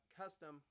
custom